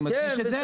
אני מדגיש את זה.